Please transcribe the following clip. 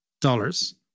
dollars